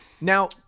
Now